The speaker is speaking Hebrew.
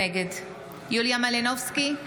נגד יוליה מלינובסקי,